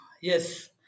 yes